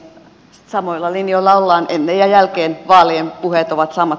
samoilla linjoilla ollaan ennen ja jälkeen vaalien puheet ovat samat